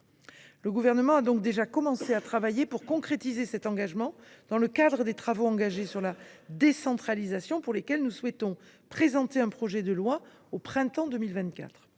Le Gouvernement a donc déjà commencé à œuvrer pour concrétiser cet engagement dans le cadre des travaux engagés sur la décentralisation, à l’issue desquels nous souhaitons présenter un projet de loi au printemps 2024.